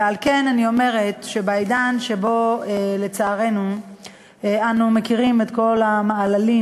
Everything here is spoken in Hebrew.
ועל כן אני אומרת שבעידן שבו לצערנו אנו מכירים את כל המעללים,